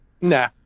Nah